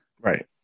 right